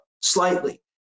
slightly